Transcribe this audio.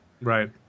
Right